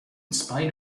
spite